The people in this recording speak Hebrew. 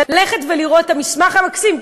ללכת ולראות את המרכז המקסים,